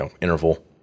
interval